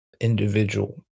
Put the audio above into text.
individual